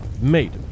Mate